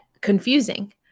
confusing